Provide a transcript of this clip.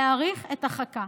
להאריך את החכה.